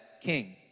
king